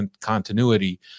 continuity